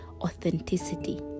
authenticity